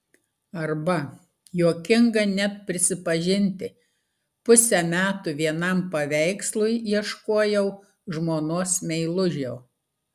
arba juokinga net prisipažinti pusę metų vienam paveikslui ieškojau žmonos meilužio